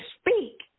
speak